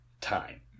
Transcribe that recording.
time